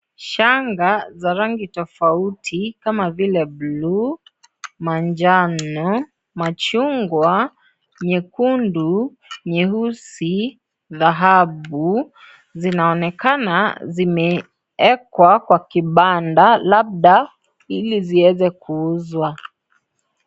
Shanga za rangi tofauti kama vile bluu, manjano , machungwa, nyekundu, nyeusi dhahabu zinaonekana zimewekwa kwa kibanda labda ili ziweze kuuzwa.